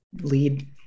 lead